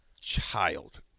child